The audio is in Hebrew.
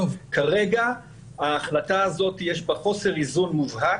כרגע בהחלטה הזאת יש חוסר איזון מובהק,